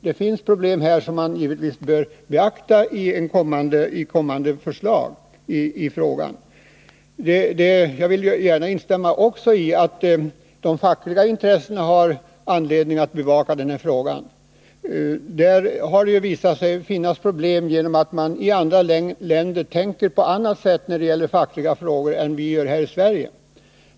Det finns problem här som man givetvis bör beakta i kommande förslag i frågan. Jag vill gärna instämma i att de fackliga intressena har anledning att bevaka den här frågan. Det har visat sig finnas problem genom att man i andra länder tänker på annat sätt när det gäller fackliga frågor än vi gör i Sverige.